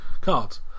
cards